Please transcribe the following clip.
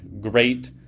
great